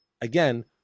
again